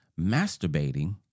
masturbating